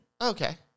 Okay